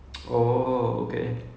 people won't like go and